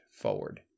forward